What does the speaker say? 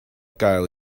gael